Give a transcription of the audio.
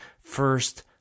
first